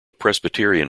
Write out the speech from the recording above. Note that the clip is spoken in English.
presbyterian